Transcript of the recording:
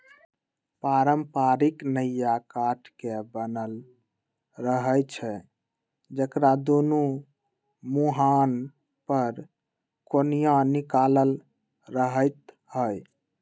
पारंपरिक नइया काठ के बनल रहै छइ जेकरा दुनो मूहान पर कोनिया निकालल रहैत हइ